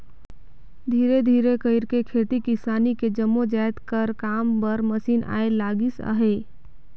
धीरे धीरे कइरके खेती किसानी के जम्मो जाएत कर काम बर मसीन आए लगिस अहे